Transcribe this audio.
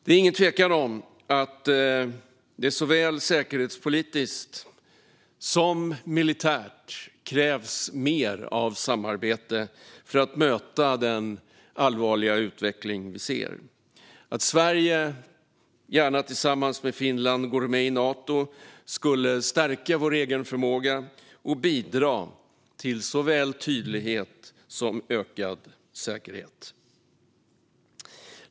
Det är ingen tvekan om att det såväl säkerhetspolitiskt som militärt krävs mer av samarbete för att möta den allvarliga utveckling vi ser. Att Sverige, gärna tillsammans med Finland, går med i Nato skulle stärka vår egen förmåga och bidra till såväl tydlighet som ökad säkerhet.